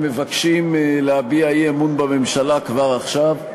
מבקשים להביע אי-אמון בממשלה כבר עכשיו.